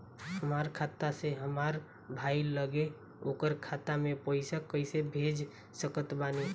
हमार खाता से हमार भाई लगे ओकर खाता मे पईसा कईसे भेज सकत बानी?